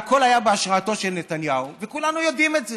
הכול היה בהשראתו של נתניהו, וכולנו יודעים את זה,